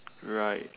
right